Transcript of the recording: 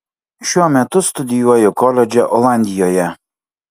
šiuo metu studijuoju koledže olandijoje